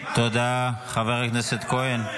תודה, חבר הכנסת כהן.